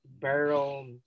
barrel